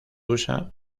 usa